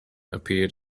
appeared